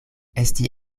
esti